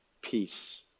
peace